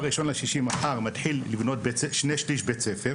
ב-1 ביוני, מחר אני מתחיל לבנות שני-שליש בית ספר,